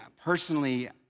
personally